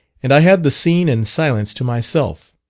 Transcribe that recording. and i had the scene and silence to myself.